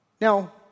Now